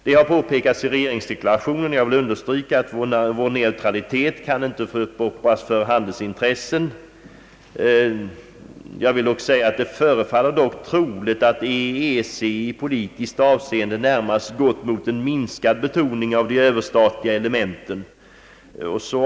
Det har i regeringsdeklarationen påpekats — och det vill jag understryka — att vår neutralitet inte kan få uppoffras för handelsintressen, Det förefaller emellertid troligt att EEC i politiskt avseende närmast gått mot en minskad betoning av de överstatliga elementen.